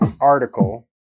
article